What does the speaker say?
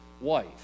wife